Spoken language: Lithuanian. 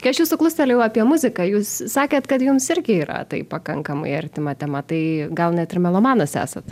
kai aš jūsų klustelėjau apie muziką jūs sakėt kad jums irgi yra tai pakankamai artima tema tai gal net ir melomanas esat